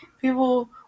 People